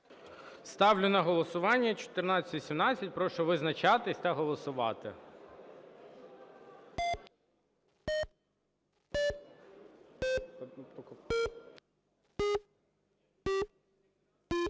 Ставлю на голосування 1421. Прошу визначатись та голосувати.